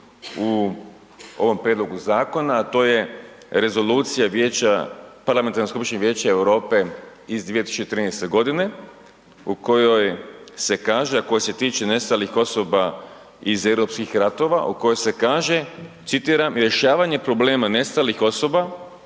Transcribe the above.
u ovom prijedlogu zakona, to je rezolucija vijeća, parlamentarna skupština vijeća Europe iz 2013.g. u kojoj se kaže, a koja se tiče nestalih osoba iz europskih ratova, u kojoj se kaže citiram, rješavanje problema nestalih osoba